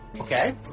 Okay